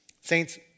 saints